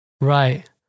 Right